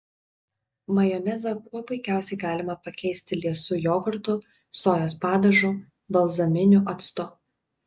majonezą kuo puikiausiai galima pakeisti liesu jogurtu sojos padažu balzaminiu actu